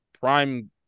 prime